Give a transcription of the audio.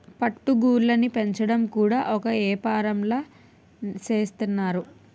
పట్టు గూళ్ళుని పెంచడం కూడా ఒక ఏపారంలా సేత్తన్నారు